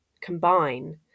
combine